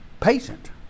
patient